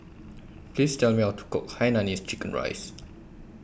Please Tell Me How to Cook Hainanese Chicken Rice